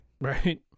Right